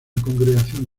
congregación